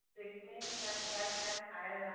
सीखने के बाद क्या क्या खाया जाता